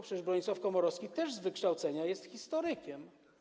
Przecież Bronisław Komorowski z wykształcenia też jest historykiem.